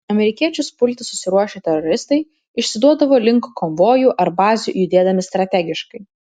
amerikiečius pulti susiruošę teroristai išsiduodavo link konvojų ar bazių judėdami strategiškai